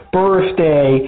birthday